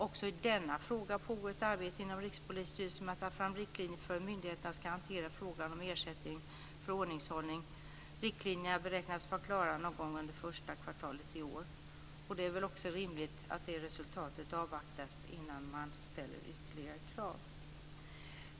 Också i denna fråga pågår ett arbete inom Rikspolisstyrelsen med att ta fram riktlinjer för hur myndigheterna ska hantera frågan om ersättning för ordningshållning. Riktlinjerna beräknas vara klara någon gång under första kvartalet i år. Det är väl också rimligt att detta resultat avvaktas innan man ställer ytterligare krav.